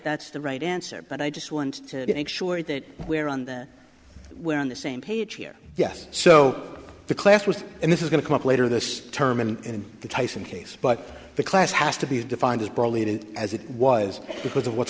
that's the right answer but i just want to make sure that we're on the we're on the same page here yes so the class was and this is going to come up later this term in the tyson case but the class has to be defined as broadly as it was because of what's